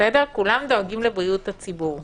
כולם דואגים לבריאות הציבור,